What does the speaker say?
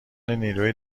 نیروی